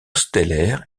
stellaire